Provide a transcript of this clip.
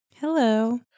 Hello